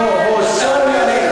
אז בוא, תרגיע.